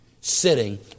sitting